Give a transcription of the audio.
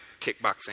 kickboxing